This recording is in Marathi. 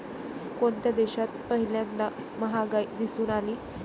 कोणत्या देशात पहिल्यांदा महागाई दिसून आली?